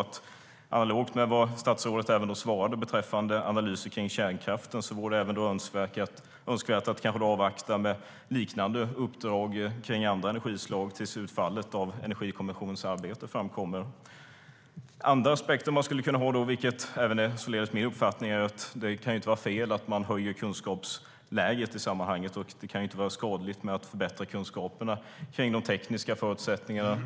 I analogi med vad statsrådet svarade om analyser om kärnkraften vore det kanske önskvärt att avvakta med liknande uppdrag om andra energislag tills utfallet av Energikommissionens arbete framkommer. Det finns andra aspekter. Min uppfattning är att det inte kan vara fel att man höjer kunskapsläget. Det kan inte vara skadligt med att förbättra kunskaperna om de tekniska förutsättningarna.